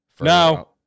No